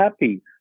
happy